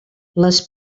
les